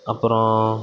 அப்புறோம்